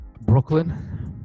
Brooklyn